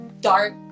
dark